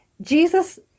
Jesus